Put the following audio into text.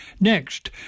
Next